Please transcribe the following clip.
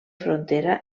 frontera